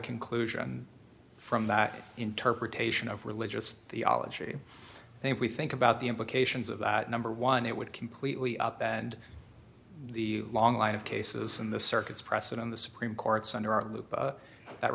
conclusion from that interpretation of religious the ology and if we think about the implications of that number one it would completely up and the long line of cases in the circuits press it on the supreme court